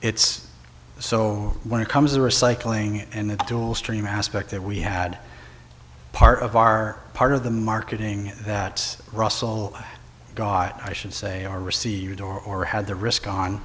t's so when it comes to recycling and the stream aspect that we had part of our part of the marketing that russell got i should say are received or had the risk on